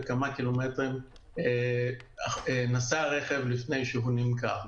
כמה קילומטרים נסע הרכב לפני שהוא נמכר.